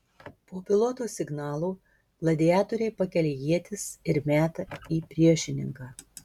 po piloto signalo gladiatoriai pakelia ietis ir meta į priešininką